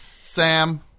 Sam